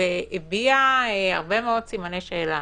והביעה הרבה מאוד סימני שאלה